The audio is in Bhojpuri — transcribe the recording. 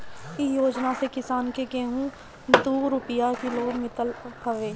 इ योजना से किसान के गेंहू दू रूपिया किलो मितल हवे